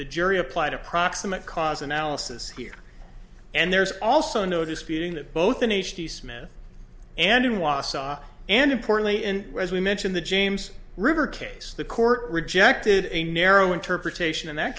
the jury applied a proximate cause analysis here and there's also no disputing that both an h d smith and an wausau and importantly in as we mentioned the james river case the court rejected a narrow interpretation in that